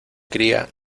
cría